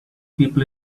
people